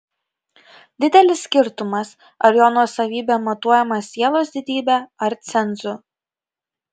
didelis skirtumas ar jo nuosavybė matuojama sielos didybe ar cenzu